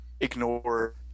ignore